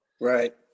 Right